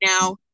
now